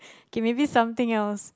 okay maybe something else